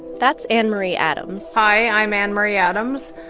that's anne marie adams. hi i'm anne marie adams,